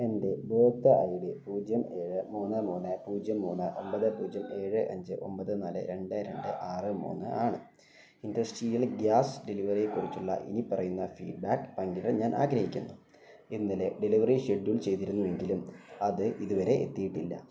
എൻ്റെ ഉപഭോക്തൃ I D പൂജ്യം ഏഴ് മൂന്ന് മൂന്ന് പൂജ്യം മൂന്ന് ഒമ്പത് പൂജ്യം ഏഴ് അഞ്ച് ഒമ്പത് നാല് രണ്ട് രണ്ട് ആറ് മൂന്ന് ആണ് ഇൻഡസ്ട്രിയൽ ഗ്യാസ് ഡെലിവറിയെക്കുറിച്ചുള്ള ഇനിപ്പറയുന്ന ഫീഡ്ബാക്ക് പങ്കിടാൻ ഞാൻ ആഗ്രഹിക്കുന്നു ഇന്നലെ ഡെലിവറി ഷെഡ്യൂൾ ചെയ്തിരുന്നുവെങ്കിലും അത് ഇതുവരെ എത്തിയിട്ടില്ല